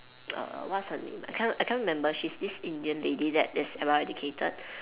err what's her name I can't I can't remember she's this Indian lady that that's well educated